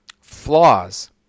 flaws